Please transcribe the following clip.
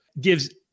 gives